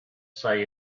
say